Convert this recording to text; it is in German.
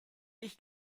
ich